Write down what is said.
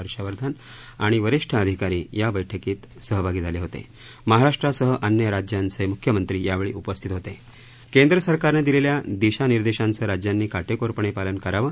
हर्षवर्धन आणि वरिष्ठ अधिकारी ही या बैठकीत सहभागी झालहित हाराष्ट्रासह अन्य राज्यांचप्रिख्यमंत्री यावळी उपस्थित होत केंद्र सरकारनं दिलखा दिशानिर्देशांचं राज्यांनी काटक्रिरपणप्रिलन करावं